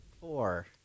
four